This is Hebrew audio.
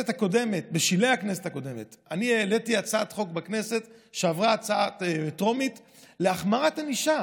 בשלהי הכנסת הקודמת אני העליתי הצעת חוק בכנסת להחמרת ענישה